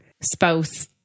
spouse